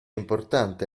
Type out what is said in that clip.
importante